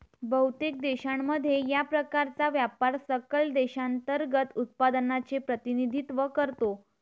बहुतेक देशांमध्ये, या प्रकारचा व्यापार सकल देशांतर्गत उत्पादनाचे प्रतिनिधित्व करतो